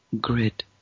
grid